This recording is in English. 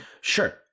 Sure